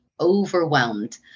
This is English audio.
overwhelmed